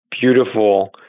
beautiful